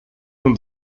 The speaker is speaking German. und